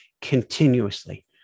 continuously